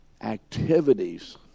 activities